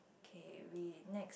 okay we next